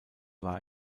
war